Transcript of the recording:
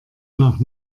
nach